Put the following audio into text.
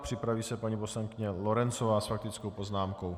Připraví se paní poslankyně Lorencová s faktickou poznámkou.